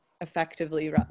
effectively